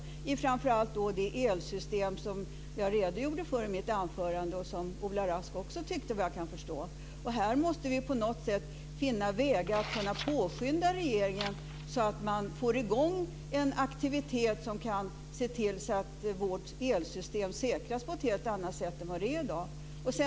Det gäller framför allt det elsystem som jag redogjorde för i mitt anförande och såvitt jag kan förstå tyckte Ola Rask likadant. Här måste vi på något sätt finna vägar för att kunna skynda på regeringen så att man får i gång den aktivitet som kan se till att vårt elsystem säkras på ett helt annat sätt än i dag.